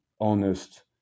honest